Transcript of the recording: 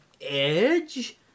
Edge